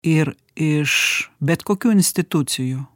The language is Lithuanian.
ir iš bet kokių institucijų